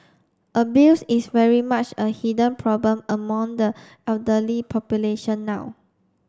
abuse is very much a hidden problem among the elderly population now